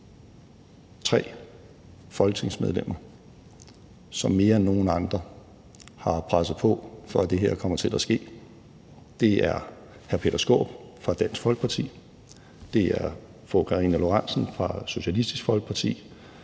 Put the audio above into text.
tre folketingsmedlemmer, som mere end nogen andre har presset på, for at det her kommer til at ske. Det er hr. Peter Skaarup fra Dansk Folkeparti, det er fru Karina Lorentzen Dehnhardt fra Socialistisk Folkeparti,